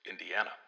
Indiana